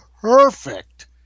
perfect